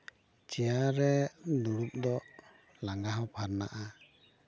chair ᱨᱮ ᱫᱩᱲᱩᱵ ᱫᱚ ᱞᱟᱸᱜᱟ ᱦᱚᱸ ᱯᱷᱟᱨᱱᱟᱜᱼᱟ